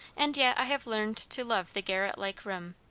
and yet i have learned to love the garret-like room.